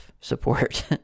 support